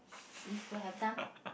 if could have done